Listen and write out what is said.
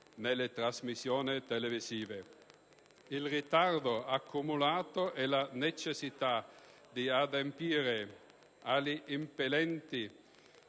nelle trasmissioni televisive. Il ritardo accumulato e la necessità di adempiere agli impellenti